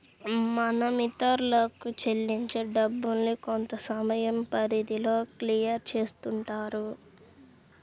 మనం ఇతరులకు చెల్లించే డబ్బుల్ని కొంతసమయం పరిధిలో క్లియర్ చేస్తుంటారు